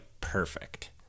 perfect